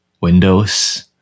Windows